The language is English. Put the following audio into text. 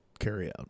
carryout